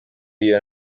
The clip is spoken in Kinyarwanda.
iyo